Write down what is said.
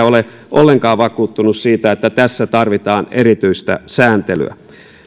ole ollenkaan vakuuttunut siitä että tässä tarvitaan erityistä sääntelyä